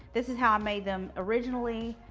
this is how i made them originally.